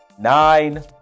Nine